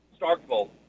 Starkville